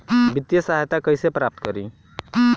वित्तीय सहायता कइसे प्राप्त करी?